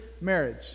Marriage